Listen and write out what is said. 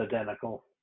identical